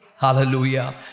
Hallelujah